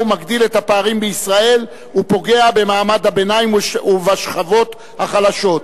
מגדיל את הפערים בישראל ופוגע במעמד הביניים ובשכבות החלשות.